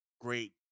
great